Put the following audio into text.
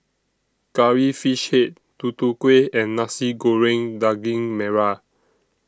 Curry Fish Head Tutu Kueh and Nasi Goreng Daging Merah